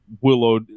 Willow –